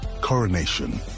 Coronation